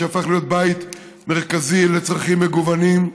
שהפך להיות בית מרכזי לצרכים מגוונים.